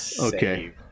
Okay